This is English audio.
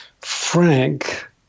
Frank